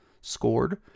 scored